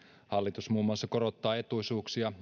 hallitus muun muassa korottaa etuisuuksia